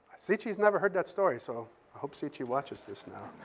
si-chee's never heard that story, so i hope si-chee watches this now.